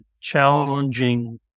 challenging